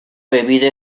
bebida